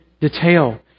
detail